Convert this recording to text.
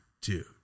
dude